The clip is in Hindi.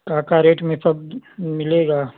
का का रेट में सब मिलेगा